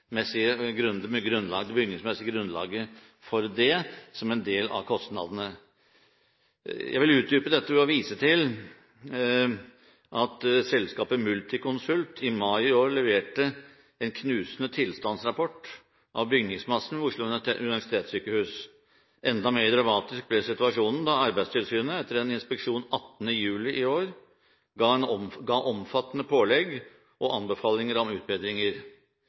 med denne fusjonsprosessen ved Oslo universitetssykehus, skyldes det etter statsrådens oppfatning at det som her beskrives, faktisk var tilfellet, altså at man besluttet seg for en fusjon før man analyserte bl.a. det bygningsmessige grunnlaget for det som en del av kostnadene? Jeg vil utdype dette ved å vise til at selskapet Multiconsult i mai i år leverte en knusende tilstandsrapport av bygningsmassen ved Oslo universitetssykehus. Enda mer dramatisk ble situasjonen da Arbeidstilsynet etter